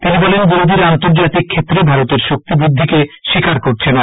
তিনি বলেন বিরোধীরা আন্তর্জাতিক ফ্কেত্রে ভারতের শক্তি বৃদ্ধিকে স্বীকার করছে না